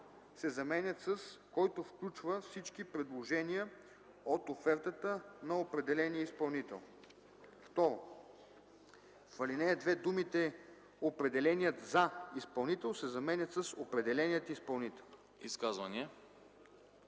се заменят с „който включва всички предложения от офертата на определения изпълнител”. 2. В ал. 2 думите „ определеният за изпълнител”се заменят с „определеният изпълнител”.”